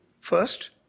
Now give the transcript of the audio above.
First